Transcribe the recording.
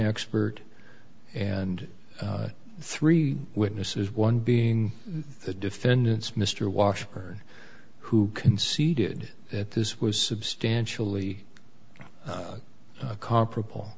expert and three witnesses one being the defendants mr washburn who conceded that this was substantially comparable